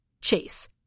Chase